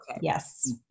yes